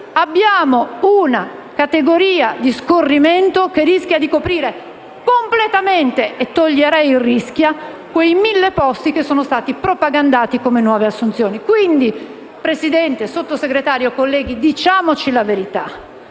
abbiamo una categoria di scorrimento che rischia di coprire completamente - e toglierei il «rischia» - quei mille posti che sono stati propagandati come nuove assunzioni. Quindi, signor Presidente, signor Sottosegretario, colleghi, diciamoci la verità,